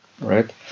right